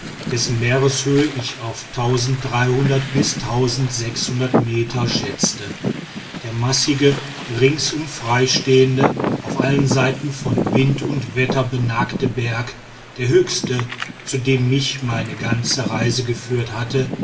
dessen meereshöhe ich auf meter schätzte der massige ringsum freistehende auf allen seiten von wind und wetter benagte berg der höchste zu dem mich meine ganze reise geführt hatte